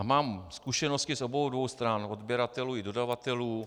Mám zkušenosti z obou dvou stran, odběratelů i dodavatelů.